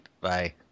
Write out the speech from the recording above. Bye